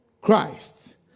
Christ